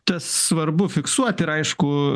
tas svarbu fiksuoti ir aišku